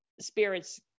spirits